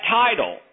title